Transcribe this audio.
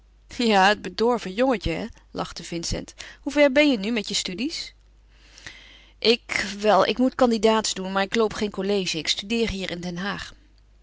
ja het bedorven jongetje hè lachte vincent hoe ver ben je nu met je studies ik wel ik moet candidaats doen maar ik loop geen college ik studeer hier in den haag